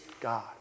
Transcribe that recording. God